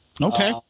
Okay